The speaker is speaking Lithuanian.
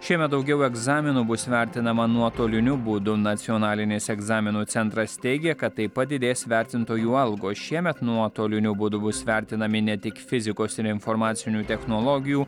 šiemet daugiau egzaminų bus vertinama nuotoliniu būdu nacionalinis egzaminų centras teigia kad taip padidės vertintojų algos šiemet nuotoliniu būdu bus vertinami ne tik fizikos ir informacinių technologijų